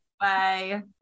Bye